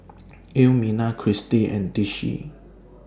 Elmina Christi and Tishie